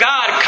God